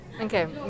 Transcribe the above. okay